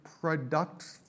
productive